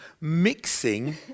mixing